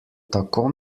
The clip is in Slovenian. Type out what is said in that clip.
tako